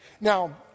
Now